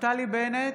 נפתלי בנט,